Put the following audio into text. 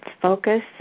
focus